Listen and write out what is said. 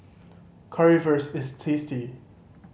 currywurst is tasty